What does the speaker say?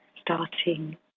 starting